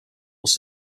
was